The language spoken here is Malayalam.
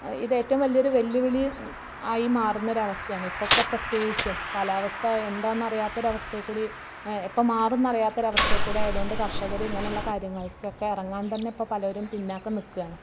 ഇത് ഏറ്റവും വലിയൊരു വെല്ലുവിളി ആയി മാറുന്നൊരവസ്ഥയാണ് ഇപ്പോഴൊക്കെ പ്രത്യേകിച്ചും കാലാവസ്ഥ എന്താണെന്നറിയാത്ത ഒരവസ്ഥയിൽക്കൂടി എപ്പം മാറും എന്ന് അറിയാത്ത ഒരവസ്ഥയിൽക്കൂടി ആയതുകൊണ്ട് കർഷകർ ഇങ്ങനെയുള്ള കാര്യങ്ങൾക്കൊക്കെ ഇറങ്ങാൻ തന്നെ ഇപ്പോൾ പലരും പിന്നോക്കം നിൽക്കുകയാണ്